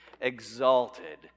exalted